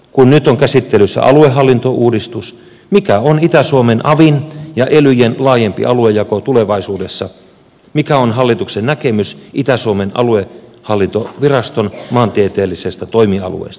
kun nyt on käsittelyssä aluehallintouudistus mikä on itä suomen avin ja elyjen laajempi aluejako tulevaisuudessa mikä on hallituksen näkemys itä suomen aluehallintoviraston maantieteellisestä toimialueesta